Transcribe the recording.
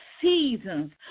seasons